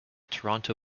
toronto